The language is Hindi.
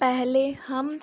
पहले हम